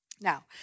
Now